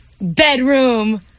bedroom